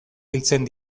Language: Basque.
biltzen